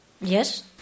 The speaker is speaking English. Yes